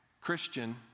Christian